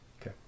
Okay